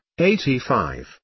85